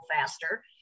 faster